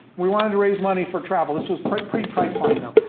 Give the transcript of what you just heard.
we wanted to raise money for travel. this was pre pre priceline, though.